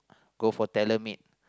go for tailor made